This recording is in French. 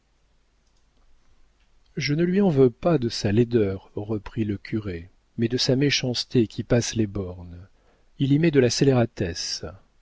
je ne lui en veux pas de sa laideur reprit le curé mais de sa méchanceté qui passe les bornes il y met de la scélératesse